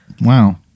Wow